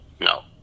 No